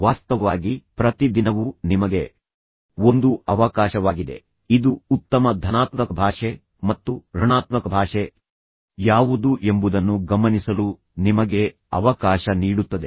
ವಾಸ್ತವವಾಗಿ ಪ್ರತಿ ದಿನವೂ ನಿಮಗೆ ಒಂದು ಅವಕಾಶವಾಗಿದೆ ಇದು ಉತ್ತಮ ಧನಾತ್ಮಕ ಭಾಷೆ ಮತ್ತು ಋಣಾತ್ಮಕ ಭಾಷೆ ಯಾವುದು ಎಂಬುದನ್ನು ಗಮನಿಸಲು ನಿಮಗೆ ಅವಕಾಶ ನೀಡುತ್ತದೆ